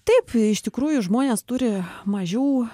taip iš tikrųjų žmonės turi mažiau